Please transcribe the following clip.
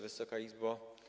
Wysoka Izbo!